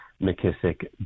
McKissick